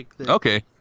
Okay